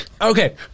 okay